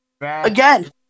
Again